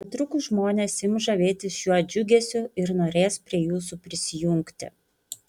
netrukus žmonės ims žavėtis šiuo džiugesiu ir norės prie jūsų prisijungti